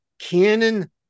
canon